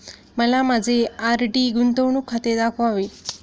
मला माझे आर.डी गुंतवणूक खाते दाखवावे